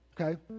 okay